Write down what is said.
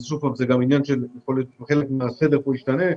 יכול להיות שחלק מהסדר פה ישתנה.